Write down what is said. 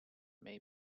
may